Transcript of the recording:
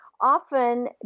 often